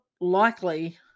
likely